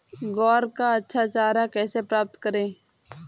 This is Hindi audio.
ग्वार का अच्छा चारा कैसे प्राप्त करें?